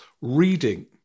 reading